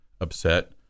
upset